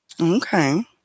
Okay